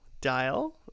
Dial